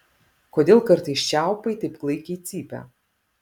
kodėl kartais čiaupai taip klaikiai cypia